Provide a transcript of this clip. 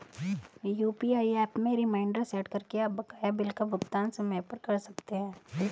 UPI app में reminder set करके आप बकाया बिल का भुगतान समय पर कर सकते हैं